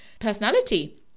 personality